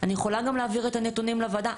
אני יכולה גם להעביר את הנתונים לוועדה.